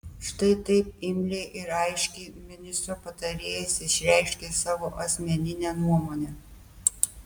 štai taip imliai ir aiškiai ministro patarėjas išreiškia savo asmeninę nuomonę